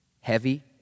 heavy